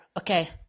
Okay